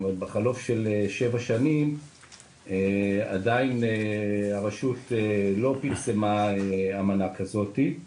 זאת אומרת בחלוף של שבע שנים עדיין הרשות לא פרסמה אמנה כזאת.